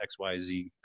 XYZ